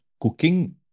cooking